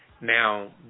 Now